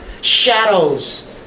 shadows